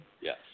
Yes